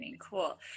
cool